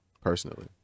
personally